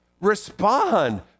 respond